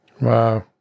Wow